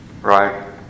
right